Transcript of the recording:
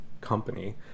company